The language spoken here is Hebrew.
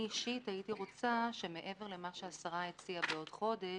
אני אישית הייתי רוצה שמעבר למה שהשרה הציעה בעוד חודש,